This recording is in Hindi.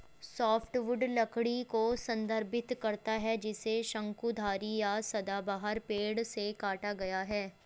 सॉफ्टवुड लकड़ी को संदर्भित करता है जिसे शंकुधारी या सदाबहार पेड़ से काटा गया है